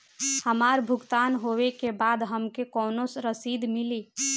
हमार भुगतान होबे के बाद हमके कौनो रसीद मिली?